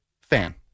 fan